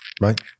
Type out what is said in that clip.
Right